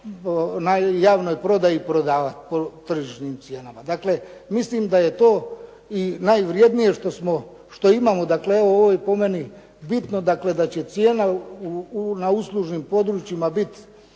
na javnoj prodaji prodavati po tržišnim cijenama. Dakle, mislim da je to i najvrednije što imamo, dakle evo ovo je po meni bitno, dakle da će cijena na uslužnim područjima biti